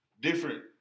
different